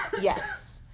yes